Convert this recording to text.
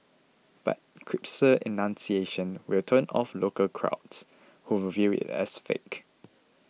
but crisper enunciation will turn off local crowds who view it as fake